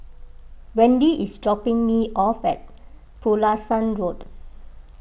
Wendy is dropping me off at Pulasan Road